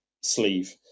sleeve